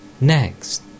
Next